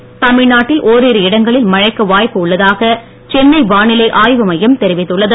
வானிலை தமிழ்நாட்டில் ஒரிரு இடங்களில் மழைக்கு வாய்ப்பு உள்ளதாக சென்னை வானிலை ஆய்வு மையம் தெரிவித்துள்ளது